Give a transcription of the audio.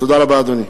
תודה רבה, אדוני.